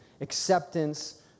acceptance